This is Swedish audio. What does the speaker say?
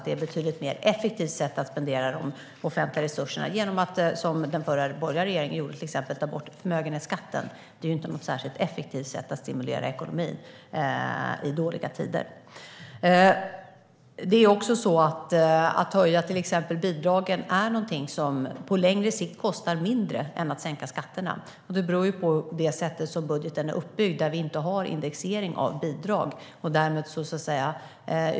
Det är ett betydligt mer effektivt sätt att spendera de offentliga resurserna än genom att, som den förra borgerliga regeringen gjorde, till exempel ta bort förmögenhetsskatten som inte är något särskilt effektivt sätt att stimulera ekonomin i dåliga tider. Att höja till exempel bidragen är någonting som på längre sikt kostar mindre än att sänka skatterna. Det beror på det sätt som budgeten är uppbyggd, där vi inte har indexering av bidrag.